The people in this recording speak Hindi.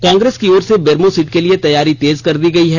कांग्रेस की ओर से बेरमो सीट के लिए तैयारी तेज कर दी गई है